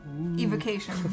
evocation